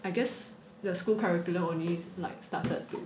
I guess the school curriculum only like started to